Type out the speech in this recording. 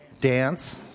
dance